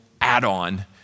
add-on